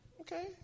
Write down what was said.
okay